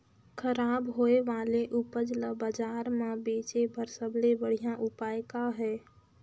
खराब होए वाले उपज ल बाजार म बेचे बर सबले बढ़िया उपाय का हे?